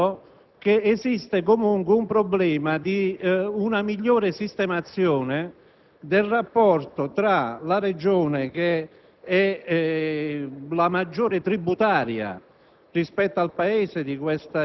Non c'è dubbio che esista, comunque, un problema relativo ad una migliore sistemazione del rapporto tra la Regione, che è la maggiore tributaria